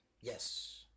yes